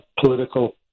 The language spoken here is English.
political